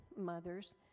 mothers